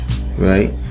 right